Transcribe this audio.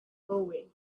doorway